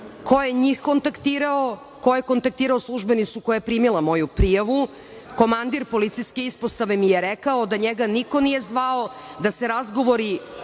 ko je njih kontaktirao, ko je kontaktirao službenicu koja je primila moju prijavu. Komandir policijske ispostave mi je rekao da njega niko nije zvao, da se razgovori